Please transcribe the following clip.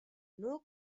nuc